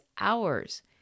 hours